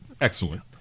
excellent